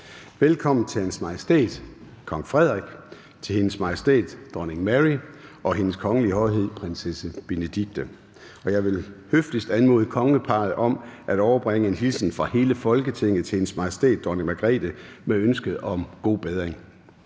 Velkommen til Hans Majestæt Kong Frederik, til Hendes Majestæt Dronning Mary og Hendes Kongelige Højhed Prinsesse Benedikte. Jeg vil høfligst anmode Kongeparret om at overbringe en hilsen fra Folketinget til Hendes Majestæt Dronning Margrethe med ønsket om god bedring.